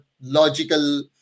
logical